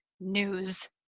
news